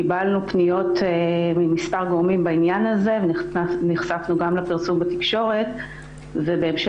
קיבלנו פניות ממספר גורמים בעניין הזה ונחשפנו גם לפרסום בתקשורת ובהמשך